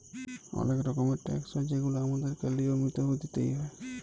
অলেক রকমের ট্যাকস হ্যয় যেগুলা আমাদেরকে লিয়মিত ভাবে দিতেই হ্যয়